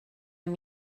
amb